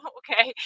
okay